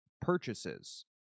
purchases